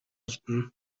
олдоно